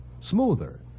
Smoother